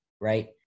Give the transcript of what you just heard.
right